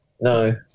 No